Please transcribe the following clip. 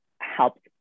helps